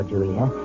Julia